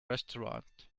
restaurant